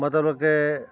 ਮਤਲਬ ਕਿ